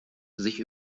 sich